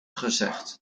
gezegd